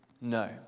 No